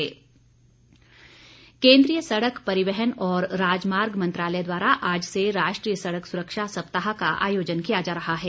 सड़क सप्ताह केन्दीय सड़क परिवहन और राजमार्ग मंत्रालय द्वारा आज से राष्ट्रीय सड़क सुरक्षा सप्ताह का आयोजन किया जा रहा है